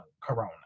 corona